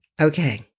Okay